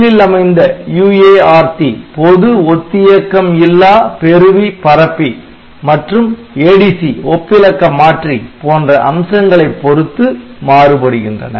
சில்லில் அமைந்த UART பொது ஒத்தியக்கம் இல்லா பெறுவி பரப்பி மற்றும் ADC ஒப்பிலக்க மாற்றி போன்ற அம்சங்களை பொறுத்து மாறுபடுகின்றன